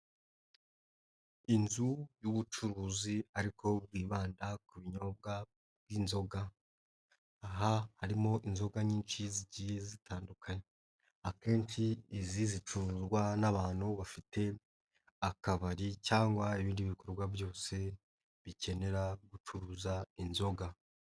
Inzu y'ubucuruzi ariko bwibanda ku binyobwa by'inzoga, aha harimo inzoga nyinshi zigiye zitandukanye, akenshi izi zicuruzwa n'abantu bafite akabari cyangwa ibindi bikorwa byose bikenera gucuruza inzoga.